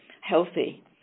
healthy